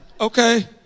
Okay